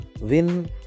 win